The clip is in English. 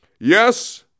yes